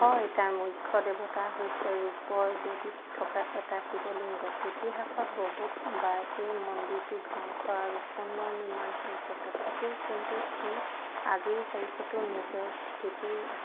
হয় তাৰ মুখ্য দেৱতা হৈছে ৰূপৰ বেদীত থকা এটা শিৱলিংগ ইতিহাসত বহুত বাৰ এই মন্দিৰটোৰ ধ্বংস আৰু পুননিৰ্মান হৈছে তথাপিও কিন্তু ই আজিৰ তাৰিখতো নিজৰ স্থিতিতেই আছে